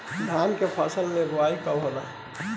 धान के फ़सल के बोआई कब होला?